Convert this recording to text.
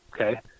okay